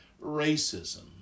Racism